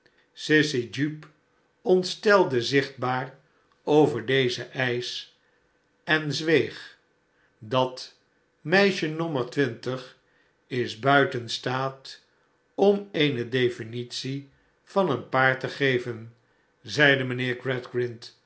jupe ontstelde zichtbaar over dezen eisch en zweeg dat meisje nommer twintig is buiten staat om eene deflnitie van een paard te geven zeide mijnheer